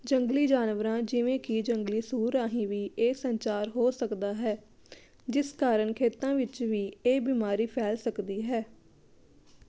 ਜੰਗਲੀ ਜਾਨਵਰਾਂ ਜਿਵੇਂ ਕਿ ਜੰਗਲੀ ਸੂਰ ਰਾਹੀਂ ਵੀ ਇਹ ਸੰਚਾਰ ਹੋ ਸਕਦਾ ਹੈ ਜਿਸ ਕਾਰਨ ਖੇਤਾਂ ਵਿੱਚ ਵੀ ਇਹ ਬਿਮਾਰੀ ਫੈਲ ਸਕਦੀ ਹੈ